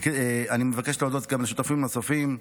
אני מבקש להודות גם לשותפים נוספים: